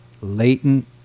latent